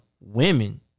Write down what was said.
women